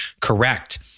correct